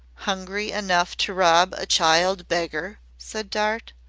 hungry enough to rob a child beggar? said dart.